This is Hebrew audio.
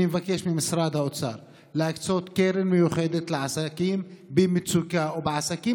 אני מבקש ממשרד האוצר להקצות קרן מיוחדת לעסקים במצוקה או לעסקים